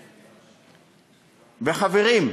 חברים,